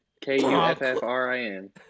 K-U-F-F-R-I-N